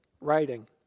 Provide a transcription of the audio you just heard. writing